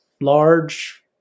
large